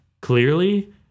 clearly